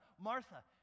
Martha